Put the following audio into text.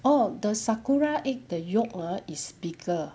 orh the sakura egg the yoke ah is bigger